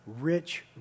Rich